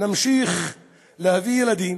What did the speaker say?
נמשיך להביא ילדים,